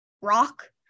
rock